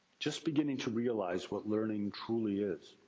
just beginning to realize what learning truly is.